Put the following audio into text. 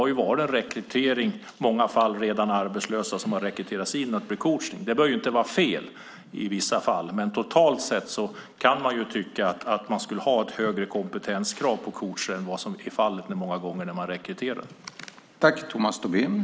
I många fall har det varit redan arbetslösa som har rekryterats för att bli coacher. Det behöver inte alltid vara fel. Men totalt sett kan man tycka att det borde vara högre kompetenskrav på coacher än vad som många gånger är fallet när man rekryterar.